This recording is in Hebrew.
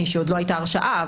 עוד לא היתה הרשעה,